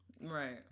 right